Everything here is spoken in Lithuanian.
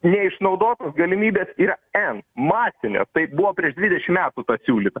neišnaudotos galimybės yra n masinės taip buvo prieš dvidešim metų pasiūlyta